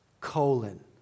colon